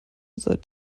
seit